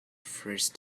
first